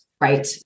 right